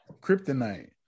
kryptonite